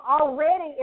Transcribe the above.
already